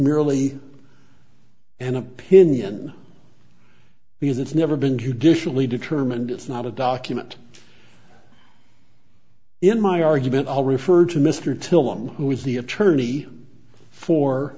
merely an opinion because it's never been judicially determined it's not a document in my argument i'll refer to mr till one who is the attorney for